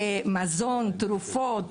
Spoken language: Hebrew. מזון ותרופות,